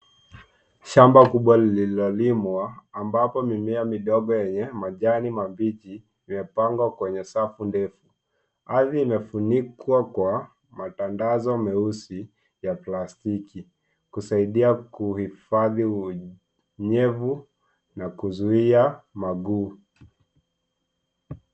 Shamba kubwa lililolimwa ambapo mimea midogo yenye majani mabichi imepandwa kwenye safu ndefu. Ardhi imefunikwa kwa matandazo meusi ya plastiki, kusaidia kuhifadhi unyevu na kuzuia magugu.